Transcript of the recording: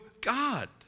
God